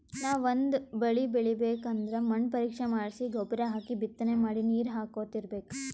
ನಾವ್ ಒಂದ್ ಬಳಿ ಬೆಳಿಬೇಕ್ ಅಂದ್ರ ಮಣ್ಣ್ ಪರೀಕ್ಷೆ ಮಾಡ್ಸಿ ಗೊಬ್ಬರ್ ಹಾಕಿ ಬಿತ್ತನೆ ಮಾಡಿ ನೀರ್ ಹಾಕೋತ್ ಇರ್ಬೆಕ್